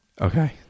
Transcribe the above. Okay